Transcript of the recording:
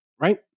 right